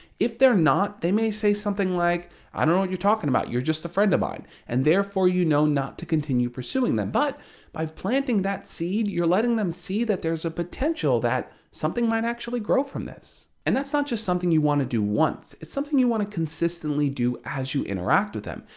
if they're not, they may say something like i don't know what you're talking about, you're just a friend of mine and therefore you know not to continue to pursue um them but by planting that seed you're letting them see that there's a potential that something might actually grow from this. and that's not just something you want to do once. it's something you want to consistently do as you interact with them.